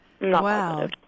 Wow